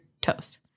toast